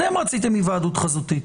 אתם רציתם היוועדות חזותית.